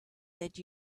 that